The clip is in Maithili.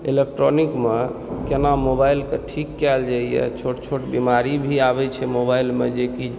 इलेक्ट्रॉनिमऽ केना मोबाइलकऽ ठीक कयल जाइए छोट छोट बीमारी भी आबैत छै मोबाइलमऽ जेकि